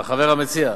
החבר המציע,